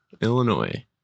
Illinois